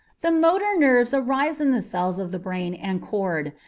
the motor nerves arise in the cells of the brain and cord.